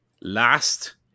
Last